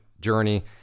journey